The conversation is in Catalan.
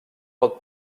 pot